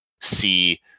see